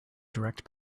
direct